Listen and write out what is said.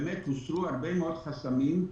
הוסרו הרבה מאוד חסמים.